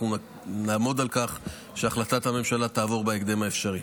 אנחנו נעמוד על כך שהחלטת הממשלה תעבור בהקדם האפשרי.